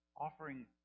offering